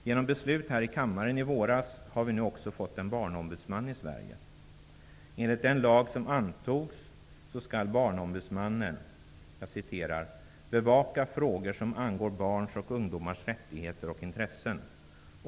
Genom beslut här i kammaren i våras har vi nu också fått en barnombudsman i Sverige. Enligt den lag som antogs skall Barnombudsmannen: ''bevaka frågor som angår barns och ungdomars rättigheter och intressen.